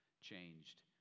changed